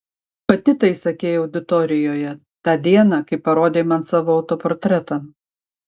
pati tai sakei auditorijoje tą dieną kai parodei man savo autoportretą